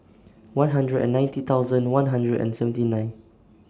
one hundred and ninety thousand one hundred and seventy nine